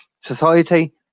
society